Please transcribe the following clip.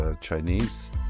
Chinese